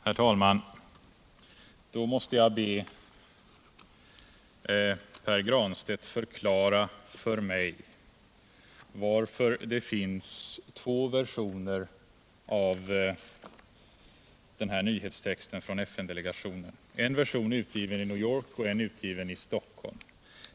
Herr talman! Då måste jag be Pär Granstedt förklara för mig varför det finns två versioner av den här nyhetstexten från FN:delegationen: en version är utgiven i New York och en version är utgiven i Stockholm.